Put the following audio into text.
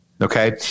Okay